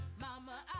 mama